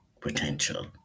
potential